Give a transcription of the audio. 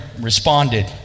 responded